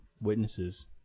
witnesses